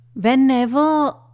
whenever